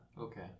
Okay